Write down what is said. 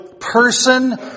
person